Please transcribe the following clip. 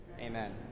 Amen